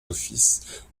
offices